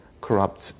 corrupts